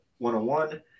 101